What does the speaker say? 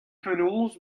penaos